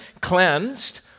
cleansed